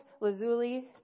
lazuli